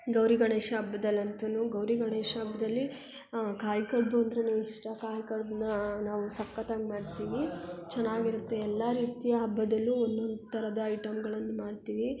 ಗೌರಿ ಗಣೇಶ ಹಬ್ದಲ್ ಅಂತೂ ಗೌರಿ ಗಣೇಶ ಹಬ್ದಲ್ಲಿ ಕಾಯಿ ಕಡುಬು ಅಂದ್ರೇ ಇಷ್ಟ ಕಾಯೊ ಕಡ್ಬನ್ನ ನಾವು ಸಖತ್ತಾಗಿ ಮಾಡ್ತೀವಿ ಚೆನ್ನಾಗಿರುತ್ತೆ ಎಲ್ಲ ರೀತಿಯ ಹಬ್ಬದಲ್ಲೂ ಒಂದೊಂದು ಥರದ ಐಟಮ್ಗಳನ್ನು ಮಾಡ್ತೀವಿ